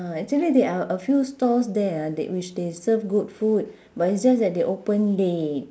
ah actually there are a few stalls there ah that which they serve good food but it's just that they open late